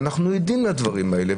ואנחנו עדים לדברים האלה.